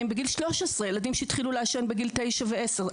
בגיל 13. ילדים שהתחילו לעשן בגיל 9 ו-10.